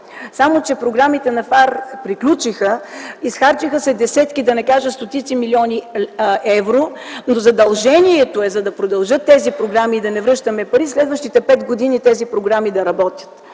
Само че програмите на ФАР приключиха, изхарчиха се десетки, да не кажа стотици милиони евро, но задължението е, за да продължат тези програми и да не връщаме пари, следващите пет години тези програми да работят,